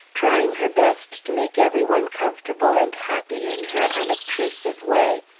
trying her best to make every one comfortable and happy in her unobtrusive way.